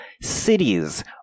cities